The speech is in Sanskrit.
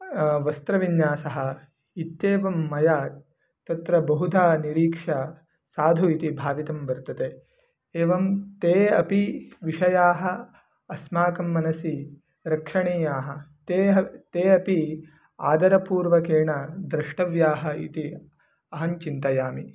वस्त्रविन्यासः इत्येवं मया तत्र बहुधा निरीक्षा साधु इति भावितं वर्तते एवं ते अपि विषयाः अस्माकं मनसि रक्षणीयाः ते ते अपि आधरपूर्वकेण द्रष्टव्याः इति अहं चिन्तयामि